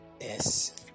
yes